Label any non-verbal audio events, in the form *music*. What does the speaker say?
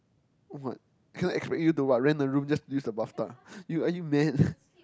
what cannot expect you to what rent a room just to use a bath tub you are you mad *breath*